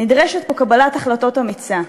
נדרשת פה קבלת החלטות אמיצה.